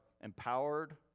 empowered